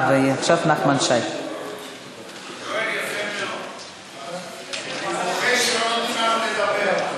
אני מוחה על שלא נותנים לנו לדבר.